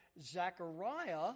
Zechariah